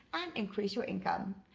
increase your income.